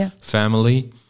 family